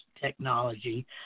technology